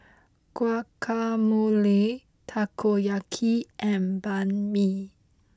Guacamole Takoyaki and Banh Mi